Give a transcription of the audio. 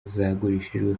zagurishijwe